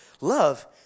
love